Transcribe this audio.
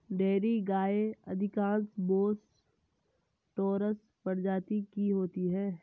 dairy गायें अधिकांश Bos taurus प्रजाति की होती हैं